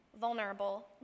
vulnerable